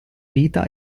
vita